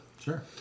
Sure